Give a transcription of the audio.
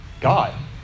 God